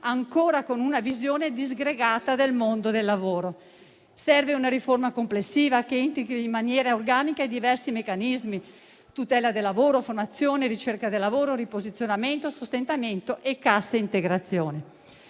ancora con una visione disgregata del mondo del lavoro. Serve una riforma complessiva che integri in maniera organica i diversi meccanismi: tutela del lavoro, formazione, ricerca del lavoro, riposizionamento, sostentamento e cassa integrazione.